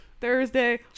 Thursday